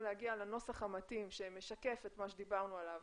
להגיע לנוסח המתאים שמשקף את מה שדיברנו עליו